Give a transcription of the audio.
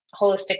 holistic